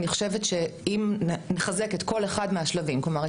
אני חושבת שאם נחזק כל אחד מהשלבים כלומר,